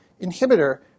inhibitor